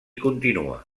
continua